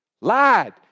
Lied